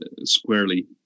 squarely